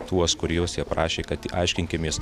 tuos kuriuos jie prašė kad aiškinkimės